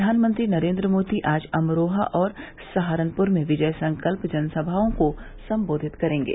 प्रधानमंत्री नरेन्द्र मोदी आज अमरोहा और सहारनपुर में विजय संकल्प जनसभाओं को संबोधित करेंगे